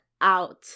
out